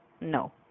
No